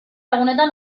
egunetan